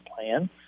plan